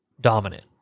dominant